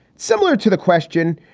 similar to the question,